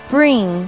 Bring